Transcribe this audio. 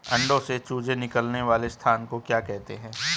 अंडों से चूजे निकलने वाले स्थान को क्या कहते हैं?